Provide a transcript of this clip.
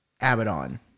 Abaddon